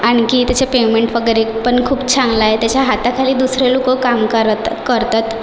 आणखी त्याचं पेमेंट वगैरे पण खूप चांगलं आहे त्याच्या हाताखाली दुसरे लोकं काम करत करतात